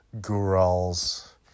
girls